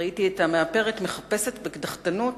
ראיתי את המאפרת מחפשת בקדחתנות